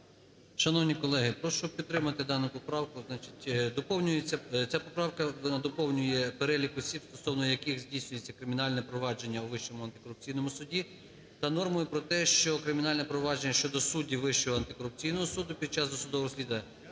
Шановні колеги, прошу підтримати дану поправку. Доповнюється… Ця поправка доповнює перелік осіб, стосовно яких здійснюється кримінальне провадження у Вищому антикорупційному суді, та нормою про те, що кримінальне провадження щодо суддів Вищого антикорупційного суду під час досудового